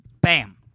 Bam